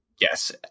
Yes